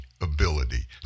ability